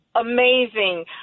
amazing